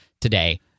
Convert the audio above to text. today